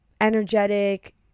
energetic